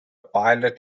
pilot